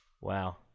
Wow